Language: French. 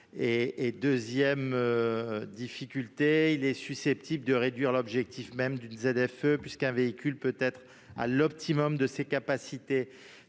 Deuxièmement, il est susceptible de réduire l'objectif même d'une ZFE puisqu'un véhicule peut être au maximum de ses capacités